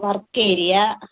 work area